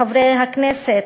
חברי הכנסת,